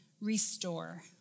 Restore